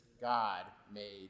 God-made